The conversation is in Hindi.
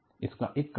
इसका एक कारण है